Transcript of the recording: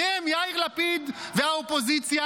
אתם, יאיר לפיד והאופוזיציה,